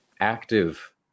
Active